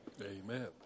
Amen